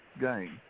game